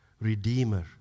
redeemer